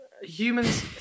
Humans